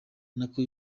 nako